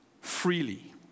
freely